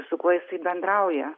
su kuo jisai bendrauja